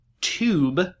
tube